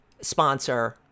sponsor